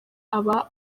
aba